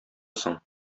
соң